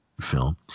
film